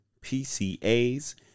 PCA's